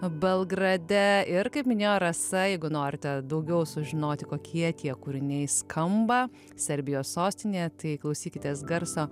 belgrade ir kaip minėjo rasa jeigu norite daugiau sužinoti kokie tie kūriniai skamba serbijos sostinėje tai klausykitės garso